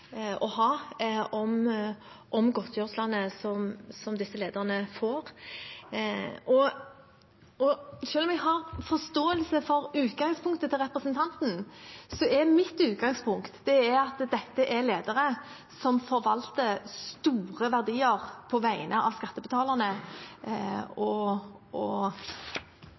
å ha. Selv om jeg har forståelse for utgangspunktet til representanten, er mitt utgangspunkt at dette er ledere som forvalter store verdier på vegne av skattebetalerne og fellesskapet, og